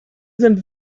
sind